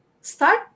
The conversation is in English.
start